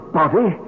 body